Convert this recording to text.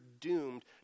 doomed